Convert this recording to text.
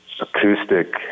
acoustic